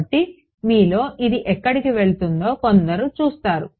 కాబట్టి మీలో ఇది ఎక్కడికి వెళుతుందో కొందరు చూస్తారు